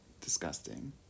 disgusting